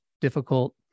difficult